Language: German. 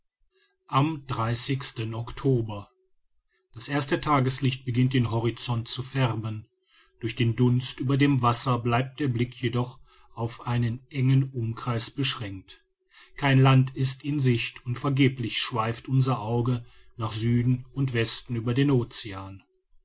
am oktober das erste tageslicht beginnt den horizont zu färben durch den dunst über dem wasser bleibt der blick jedoch auf einen engen umkreis beschränkt kein land ist in sicht und vergeblich schweift unser auge nach süden und westen über den ocean